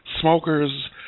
smokers